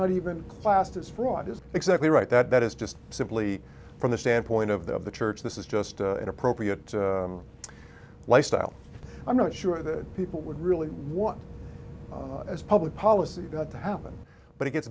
not even classed as fraud is exactly right that is just simply from the standpoint of the of the church this is just an appropriate lifestyle i'm not sure that people would really want as public policy not to happen but it gets